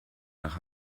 nach